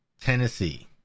Tennessee